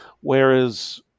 Whereas